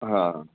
हा